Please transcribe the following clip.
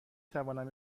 توانم